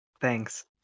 Thanks